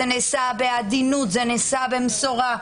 זה נעשה בעדינות, זה נעשה במשורה.